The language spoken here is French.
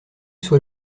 soit